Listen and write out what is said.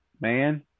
man